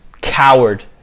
Coward